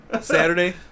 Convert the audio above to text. Saturday